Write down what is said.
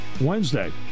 Wednesday